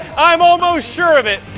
i'm almost sure of it.